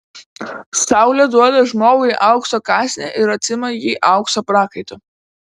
saulė duoda žmogui aukso kąsnį ir atsiima jį aukso prakaitu